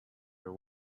her